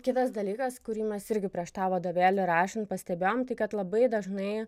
kitas dalykas kurį mes irgi prieš tą vadovėlį rašant pastebėjom tai kad labai dažnai